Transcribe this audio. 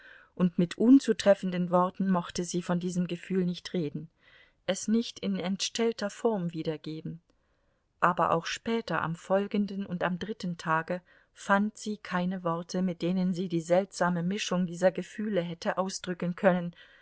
und mit unzutreffenden worten mochte sie von diesem gefühl nicht reden es nicht in entstellter form wiedergeben aber auch später am folgenden und am dritten tage fand sie keine worte mit denen sie die seltsame mischung dieser gefühle hätte ausdrücken können